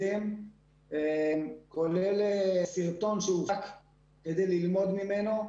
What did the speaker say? כולל סרטון שהופץ כדי ללמוד ממנו.